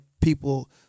people